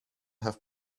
have